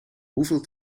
hoeveel